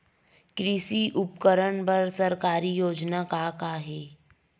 कृषि उपकरण बर सरकारी योजना का का हे?